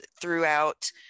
throughout